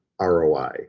ROI